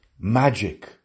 magic